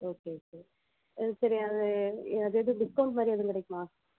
okay okay அதுசரி அது எதுவும் டிஸ்கவுண்ட் மாதிரி எதுவும் கிடைக்குமா